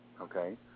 okay